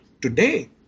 today